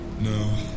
No